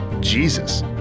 Jesus